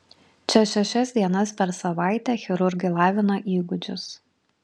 čia šešias dienas per savaitę chirurgai lavina įgūdžius